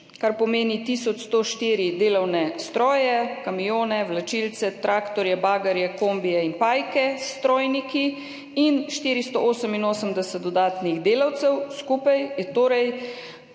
kar pomeni tisoč 104 delovne stroje, kamione, vlačilce, traktorje, bagerje, kombije in pajke s strojniki in 488 dodatnih delavcev. Skupaj